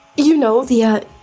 you know. the ah